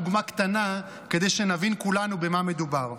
רק דוגמה קטנה, כדי שנבין כולנו במה מדובר.